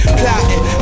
plotting